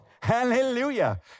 Hallelujah